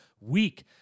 week